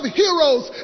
heroes